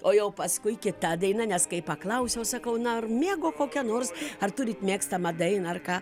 o jau paskui kita daina nes kai paklausiau sakau na ar mėgo kokią nors ar turit mėgstamą dainą ar ką